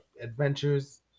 adventures